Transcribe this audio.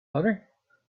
butter